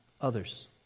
others